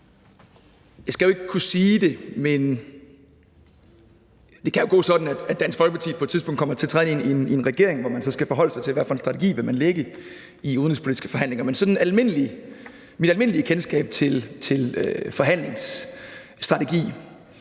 Jeg skal jo ikke kunne sige det, men det kan jo gå sådan, at Dansk Folkeparti på et tidspunkt kommer til forhandling i en regering, hvor man så skal forholde sig til, hvad for en strategi man vil lægge i udenrigspolitiske forhandlinger. Men mit sådan almindelige kendskab til forhandlingsstrategi